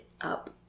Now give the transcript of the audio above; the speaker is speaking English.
up